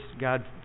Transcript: God